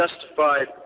justified